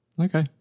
Okay